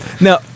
Now